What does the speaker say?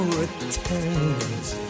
returns